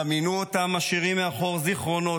דמיינו אותם משאירים מאחור זיכרונות,